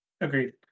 Agreed